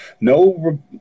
no